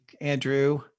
Andrew